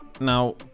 Now